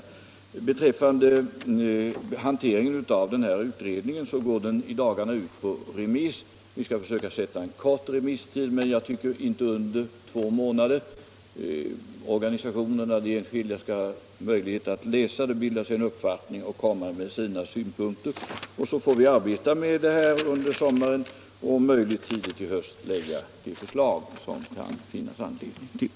Vad beträffar utredningen vill jag tala om att dess betänkande i dagarna går ut på remiss. Vi skall försöka sätta ut en kort remisstid, men jag tycker inte att den bör vara kortare än två månader för att organisationerna och de enskilda människorna skall ha möjlighet att läsa betänkandet, bilda sig en uppfattning och komma med sina synpunkter. Sedan får vi arbeta med materialet under sommaren och om möjligt tidigt i höst lägga fram det förslag som det kan finnas anledning till.